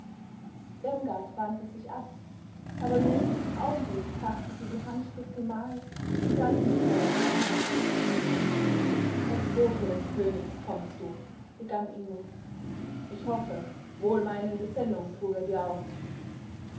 irmgard wandte sich ab aber im nächsten augenblick faßte sie die hand des gemahls und sah liebevoll zu ihm auf als bote des königs kommst du begann ingo ich hoffe wohlmeinende sendung trug er dir auf